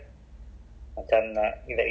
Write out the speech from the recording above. but I heard